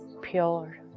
Pure